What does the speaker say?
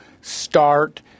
start